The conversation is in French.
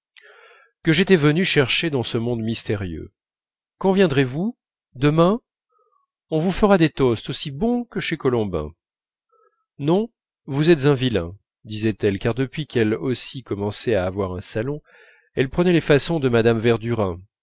que j'étais venu chercher dans ce monde mystérieux quand viendrez-vous demain on vous fera des toasts aussi bons que chez colombin non vous êtes un vilain disait-elle car depuis qu'elle aussi commençait à avoir un salon elle prenait les façons de mme verdurin